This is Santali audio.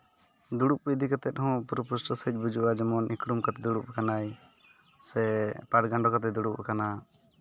ᱫᱩᱲᱩᱵ ᱤᱫᱤ ᱠᱟᱛᱮᱫ ᱦᱚᱸ ᱯᱩᱨᱟᱹ ᱯᱩᱥᱴᱟᱹ ᱥᱟᱺᱦᱤᱡ ᱵᱩᱡᱩᱜᱼᱟ ᱡᱮᱢᱚᱱ ᱮᱸᱠᱲᱩᱢ ᱠᱟᱛᱮᱝ ᱫᱩᱲᱩᱵ ᱥᱮ ᱯᱟᱴᱜᱟᱱᱰᱳ ᱠᱟᱛᱮᱜ ᱫᱩᱲᱩᱵ ᱠᱟᱱᱟᱭ